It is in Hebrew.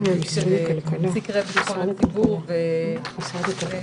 מנהיגי ומנהיגות הציבור הערבי,